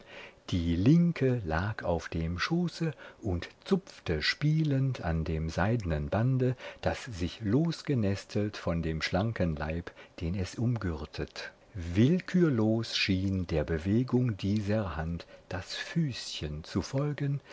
die linke lag auf dem schoße und zupfte spielend an dem seidnen bande das sich losgenestelt von dem schlanken leib den es umgürtet willkürlos schien der bewegung dieser hand das füßchen zu folgen